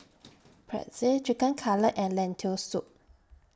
Pretzel Chicken Cutlet and Lentil Soup